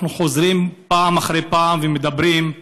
אנחנו חוזרים פעם אחרי פעם ומדברים על